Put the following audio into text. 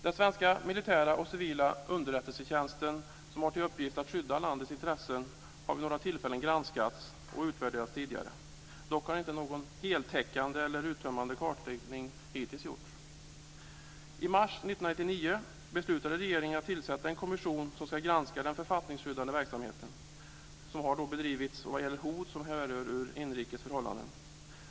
Den svenska militära och civila underrättelsetjänsten, som har till uppgift att skydda landets intressen, har vid några tidigare tillfällen granskats och utvärderats. Dock har inte någon heltäckande eller uttömmande kartläggning hittills gjorts. I mars 1999 beslutade regeringen att tillsätta en kommission som ska granska den författningsskyddande verksamheten som bedrivits vad gäller hot som härrör ur inrikes förhållanden.